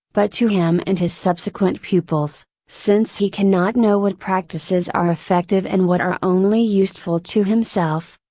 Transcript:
but to him and his subsequent pupils, since he cannot know what practices are effective and what are only useful to himself,